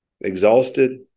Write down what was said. exhausted